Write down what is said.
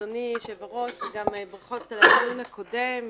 אדוני יושב-הראש וגם ברכות על הדיון הקודם,